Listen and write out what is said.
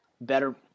better